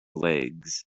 legs